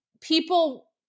People